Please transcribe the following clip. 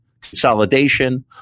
Consolidation